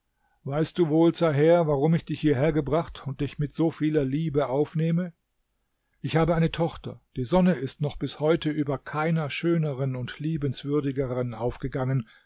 weißt du wohl zaher warum ich dich hierher gebracht und dich mit so vieler liebe aufnehme ich habe eine tochter die sonne ist noch bis heute über keiner schöneren und liebenswürdigeren aufgegangen